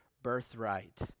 birthright